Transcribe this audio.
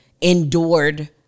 endured